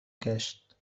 گشت